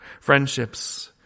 friendships